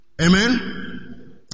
Amen